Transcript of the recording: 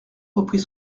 reprit